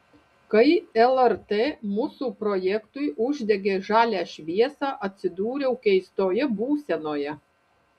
kai lrt mūsų projektui uždegė žalią šviesą atsidūriau keistoje būsenoje